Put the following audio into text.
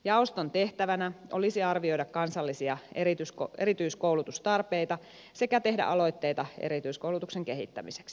jaoston tehtävänä olisi arvioida kansallisia erityiskoulutustarpeita sekä tehdä aloitteita erityiskoulutuksen kehittämiseksi